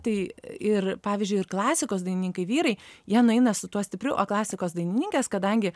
tai ir pavyzdžiui ir klasikos dainininkai vyrai jie nueina su tuo stipriu o klasikos dainininkės kadangi